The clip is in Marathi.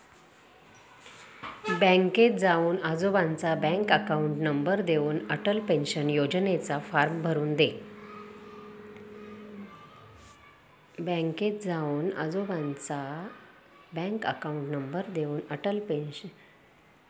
बँकेत जाऊन आजोबांचा बँक अकाउंट नंबर देऊन, अटल पेन्शन योजनेचा फॉर्म भरून दे